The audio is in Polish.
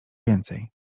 więcej